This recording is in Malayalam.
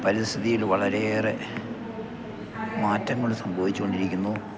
പരിസ്ഥിതിയിൽ വളരെയേറെ മാറ്റങ്ങൾ സംഭവിച്ചോണ്ടിരിക്കുന്നു